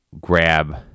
grab